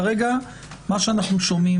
כרגע מה שאנחנו שומעים,